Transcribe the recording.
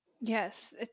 yes